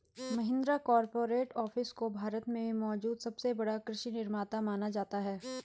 Mahindra corporate office को भारत में मौजूद सबसे बड़ा कृषि निर्माता माना जाता है